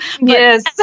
Yes